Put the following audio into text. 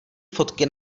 fotky